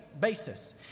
basis